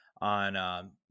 on